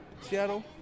Seattle